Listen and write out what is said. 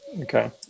Okay